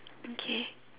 okay